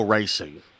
Racing